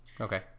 Okay